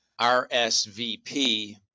RSVP